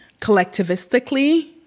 collectivistically